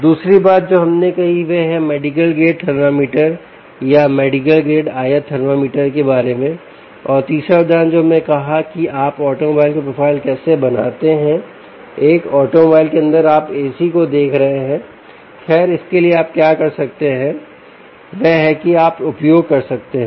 दूसरी बात जो हमने कही वह है मेडिकल ग्रेड थर्मामीटर या मेडिकल ग्रेड IR थर्मामीटर के बारे में और तीसरे उदाहरण जो हमने कहा कि आप ऑटोमोबाइल का प्रोफाइल कैसे बनाते हैं एक ऑटोमोबाइल के अंदर आप एसी को देख रहे हैं खैर इसके लिए आप क्या कर सकते वह है कि आप उपयोग कर सकते हैं